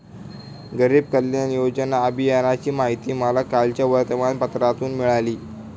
गरीब कल्याण योजना अभियानाची माहिती मला कालच्या वर्तमानपत्रातून मिळाली